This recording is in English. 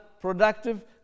productive